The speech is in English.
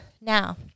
Now